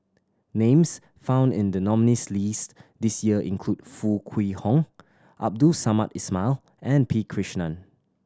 names found in the nominees' list this year include Foo Kwee Horng Abdul Samad Ismail and P Krishnan